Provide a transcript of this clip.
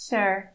Sure